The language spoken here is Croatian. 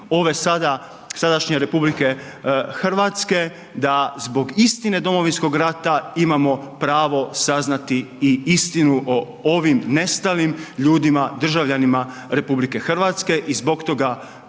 ove sadašnje RH, da zbog istine Domovinskog rata, imamo pravo saznati i istinu o ovom nestalim ljudima, državljanima RH i zbog toga